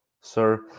sir